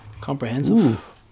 Comprehensive